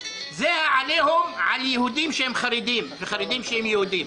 העליהום על יהודים שהם חרדים וחרדים שהם יהודים.